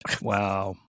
Wow